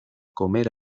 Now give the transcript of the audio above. comer